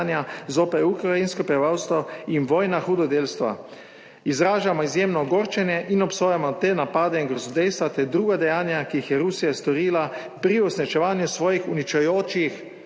zoper ukrajinsko prebivalstvo in vojna hudodelstva. Izražamo izjemno ogorčenje in obsojamo te napade in grozodejstva ter druga dejanja, ki jih je Rusija storila pri uresničevanju svojih uničujočih